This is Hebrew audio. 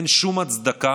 אין שום הצדקה